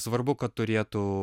svarbu kad turėtų